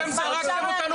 אתם זרקתם אותנו